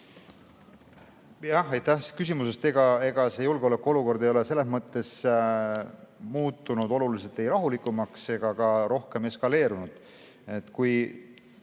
on. Aitäh küsimuse eest! Julgeolekuolukord ei ole selles mõttes muutunud oluliselt rahulikumaks ega ka rohkem eskaleerunud. Kui